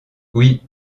oui